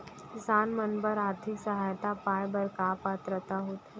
किसान मन बर आर्थिक सहायता पाय बर का पात्रता होथे?